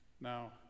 now